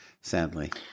sadly